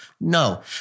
No